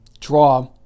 draw